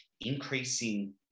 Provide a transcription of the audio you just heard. increasing